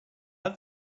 have